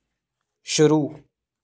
शुरू